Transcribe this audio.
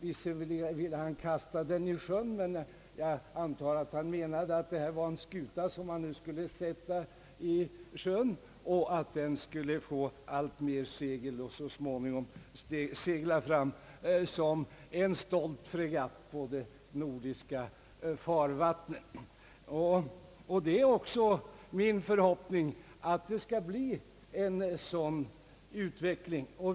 Visserligen ville statsrådet kasta institutet i sjön, men jag antar att han menar att vi skall betrakta förslaget som en skuta som nu skall sättas i sjön och att han hoppas att den skutan skall få alltmer vind i seglen och så småningom segla fram som en stolt fregatt på de nordiska farvattnen. Det är också min förhoppning att det skall bli en sådan utveckling.